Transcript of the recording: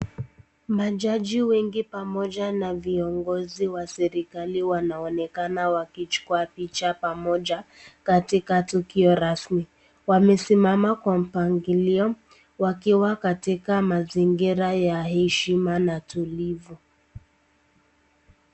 Majaji wengi pamoja na viongozi wa serikali wanaonekana wakichukua picha pamoja, katika tukio rasmi. Wamesimama kwa mpangilio, wakiwa katika ya heshima na tulivu.